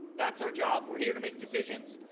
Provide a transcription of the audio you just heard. that's our job. we're here to make decisions.